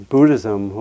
Buddhism